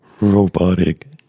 robotic